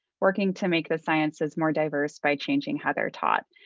working to make the sciences more diverse by changing how they're taught.